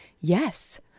yes